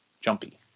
jumpy